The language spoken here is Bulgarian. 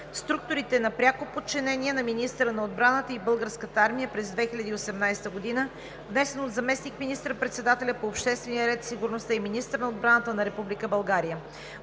структурите на пряко подчинение на министъра на отбраната и Българската армия през 2018 г., внесен от заместник министър-председателя по обществения ред и сигурността и министър на отбраната на Република България.